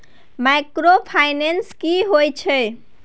Microfinance की होय छै?